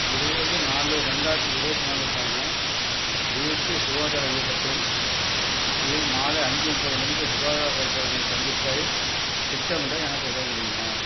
இருபது நாலு ரெண்டாயிரத்தி இருபத்து நாலுக்கான தேசிய சுகாதார இயக்கத்தின் கீழ் மாலை அஞ்சு முப்பது மணிக்குச் சுகாதாரப் பரிசோதனை சந்திப்பைத் திட்டமிட எனக்கு உதவ முடியுமா